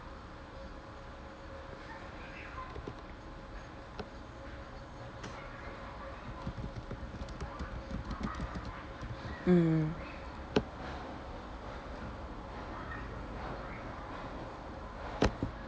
mm